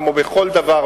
כמו בכל דבר,